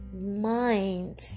mind